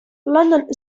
london